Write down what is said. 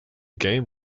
game